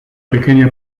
pequeña